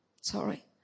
sorry